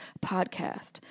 podcast